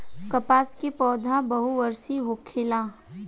कपास के पौधा बहुवर्षीय होखेला